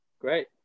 Great